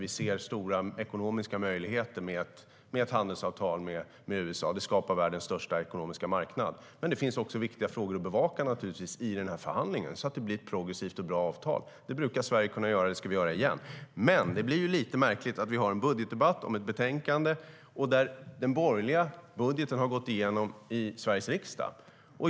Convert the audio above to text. Vi ser stora ekonomiska möjligheter med ett handelsavtal med USA. Det skapar världen största ekonomiska marknad. Men det finns också viktiga frågor att bevaka i förhandlingen, så att det blir ett progressivt och bra avtal. Det brukar Sverige kunna göra, och det ska vi göra igen. Det blir dock lite märkligt att vi har en budgetdebatt om ett betänkande där den borgerliga budgeten har gått igenom i Sveriges riksdag.